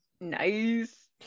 Nice